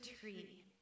tree